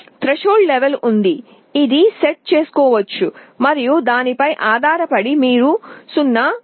threshold స్థాయి ఉంది ఇది సెట్ చేయవచ్చు మరియు దానిపై ఆధారపడి మీరు 0 లేదా 1 పొందవచ్చు